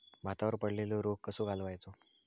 भातावर पडलेलो रोग कसो घालवायचो?